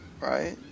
right